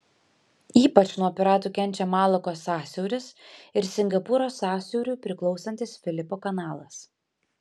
ypač nuo piratų kenčia malakos sąsiauris ir singapūro sąsiauriui priklausantis filipo kanalas